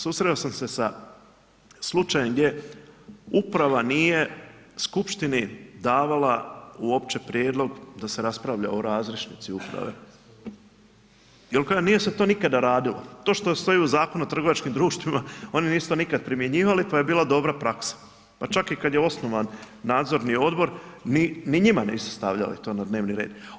Susreo sam se sa slučajem gdje uprava nije skupštini davala uopće prijedlog da se raspravlja o razrješnici uprave, jel kažu nije se to nikada radilo, to što stoji u Zakonu o trgovačkim društvima oni nisu to nikada primjenjivali pa je bila dobra praksa, pa čak i kad je osnovan nadzorni odbor ni njima nisu stavljali to na dnevni red.